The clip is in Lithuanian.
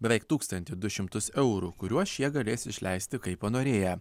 beveik tūkstantį du šimtus eurų kuriuos šie galės išleisti kaip panorėję